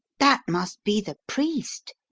that must be the priest,